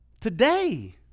Today